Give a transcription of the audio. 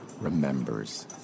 remembers